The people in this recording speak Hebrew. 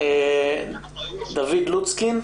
אני מודה לוועדה שמקיימת את הדיון החשוב הזה.